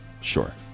Sure